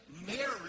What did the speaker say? Mary